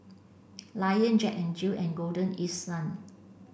Lion Jack N Jill and Golden East Sun